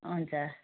हुन्छ